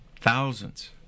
thousands